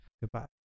Goodbye